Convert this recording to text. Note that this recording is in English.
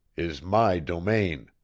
is my domain.